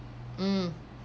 mm